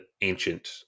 ancient